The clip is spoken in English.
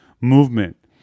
movement